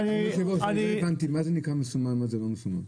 -- היושב-ראש, מה זה נקרא "מסומן" ו"לא מסומן"?